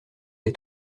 des